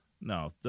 No